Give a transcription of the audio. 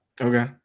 Okay